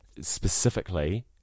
Specifically